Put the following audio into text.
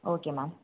okay ma'am